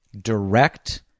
direct